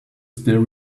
still